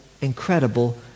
incredible